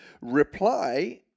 reply